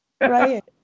right